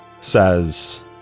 says